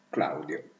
Claudio